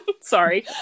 Sorry